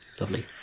Lovely